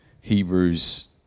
Hebrews